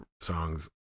songs